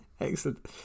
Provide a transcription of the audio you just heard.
Excellent